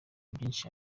byinshi